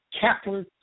capital